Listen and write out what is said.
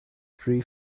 three